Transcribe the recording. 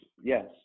yes